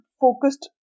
focused